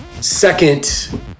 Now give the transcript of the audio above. Second